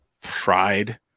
fried